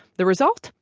the result?